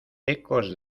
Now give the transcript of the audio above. ecos